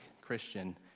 Christian